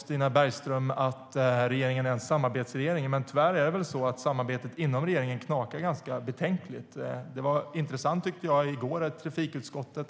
Stina Bergström säger att regeringen är en samarbetsregering. Men tyvärr knakar samarbetet inom regeringen ganska betänkligt. Det var intressant att Miljöpartiet i trafikutskottet